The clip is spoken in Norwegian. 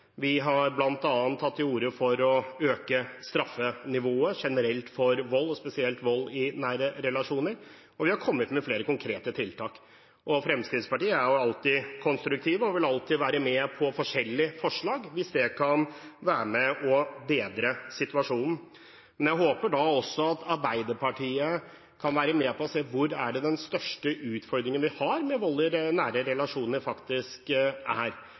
Vi har bl.a. tatt til orde for å øke straffenivået generelt for vold og spesielt for vold i nære relasjoner, og vi har kommet med flere konkrete tiltak. Fremskrittspartiet er alltid konstruktivt og vil alltid være med på forskjellige forslag hvis det kan være med og bedre situasjonen. Men jeg håper da også at Arbeiderpartiet kan være med og se hvor den største utfordringen vi har med vold i nære relasjoner, faktisk